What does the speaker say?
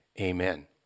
amen